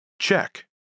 Check